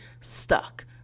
stuck